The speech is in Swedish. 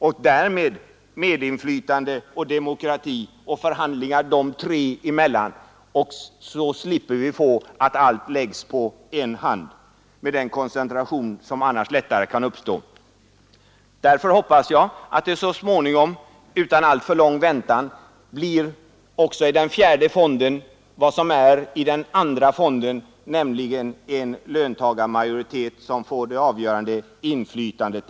Därmed skulle vi också få medinflytande, demokrati och förhandlingar de tre emellan. På så sätt skulle vi undvika att allt läggs på en hand med den koncentration som då uppstår. Jag hoppas att det så småningom, utan alltför lång väntan, också i den fjärde fonden blir vad som finns i den andra fonden, nämligen en löntagarmajoritet som får det avgörande inflytandet.